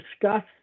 discuss